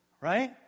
right